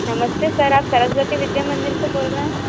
नमस्ते सर आप सरस्वती विद्या मंदिर से बोल रहे हैं